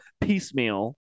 piecemeal